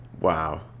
Wow